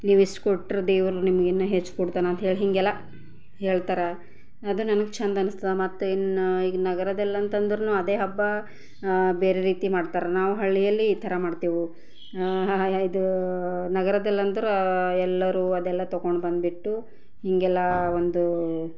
ನೀವಿಷ್ಟು ಕೊಟ್ಟರೂ ದೇವರು ನಿಮ್ಗಿನ್ನೂ ಹೆಚ್ಚು ಕೊಡ್ತಾನೆ ಅಂಥೇಳಿ ಹೀಗೆಲ್ಲ ಹೇಳ್ತಾರೆ ಅದು ನನಗೆ ಚೆಂದ ಅನ್ನಿಸ್ತದೆ ಮತ್ತೆ ಇನ್ನು ಈಗ ನಗರದಲ್ಲಂತಂದ್ರೂ ಅದೇ ಹಬ್ಬ ಬೇರೆ ರೀತಿ ಮಾಡ್ತಾರೆ ನಾವು ಹಳ್ಳಿಯಲ್ಲಿ ಈ ಥರ ಮಾಡ್ತೇವೆ ಇದು ನಗರದಲ್ಲಂದ್ರೆ ಎಲ್ಲರೂ ಅದೆಲ್ಲ ತೊಗೊಂಡು ಬಂದ್ಬಿಟ್ಟು ಹಿಂಗೆಲ್ಲ ಒಂದು